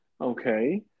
Okay